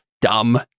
dumb